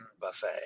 buffet